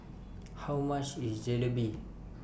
How much IS Jalebi